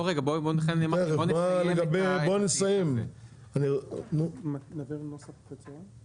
בואו נסיים עם התיקון הזה.